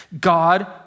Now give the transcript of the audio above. God